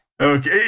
Okay